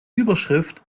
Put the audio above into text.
überschrift